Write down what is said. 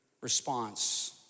response